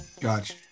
Gotcha